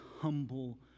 humble